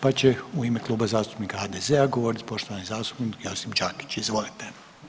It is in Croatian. Pa će u ime Kluba zastupnika HDZ-a govoriti poštovani zastupnik Josip Đakić, izvolite.